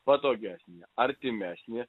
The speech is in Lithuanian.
patogesnė artimesnė